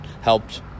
helped